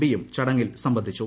പിയും ചട്ടങ്ങിൽ സംബന്ധിച്ചു